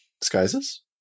disguises